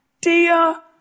dear